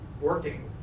working